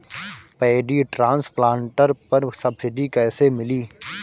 Paddy transplanter पर subsidy कैसे मिली?